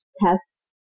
tests